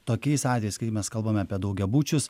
tokiais atvejais kai mes kalbame apie daugiabučius